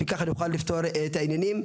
וככה נוכל לפתור את העניינים.